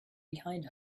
behind